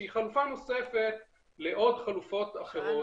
שהיא חלופה נוספת לעוד חלופות אחרות?